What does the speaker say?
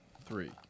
three